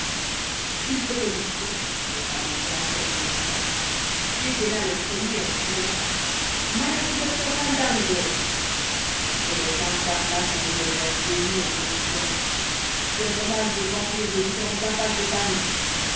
silvio pellico récemment grand chef des ancas dégaina le premier en criant malades du docteur fandango coloquinte arma son revolver béni en répliquant pieuvres mâles et vampires des différentes impasses de paris